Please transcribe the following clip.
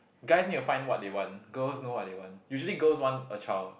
guys need to find what they want girls know what they want usually girls want a child